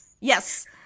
Yes